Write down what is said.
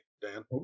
Dan